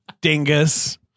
dingus